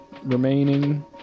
remaining